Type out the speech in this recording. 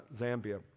Zambia